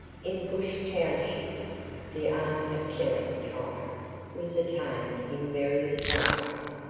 in bush townships the art of killing time was attained in various ways.